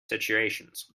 situations